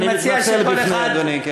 אני מתנצל בפני אדוני.